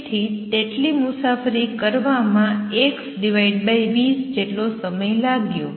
તેથી તેટલી મુસાફરી કરવામાં x v સમય લાગ્યો